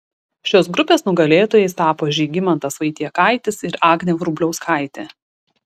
šios grupės nugalėtojais tapo žygimantas vaitiekaitis ir agnė vrubliauskaitė